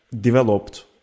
developed